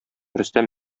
рөстәм